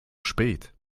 spät